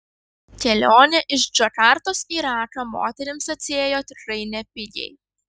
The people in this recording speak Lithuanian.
kelionė iš džakartos į raką moterims atsiėjo tikrai nepigiai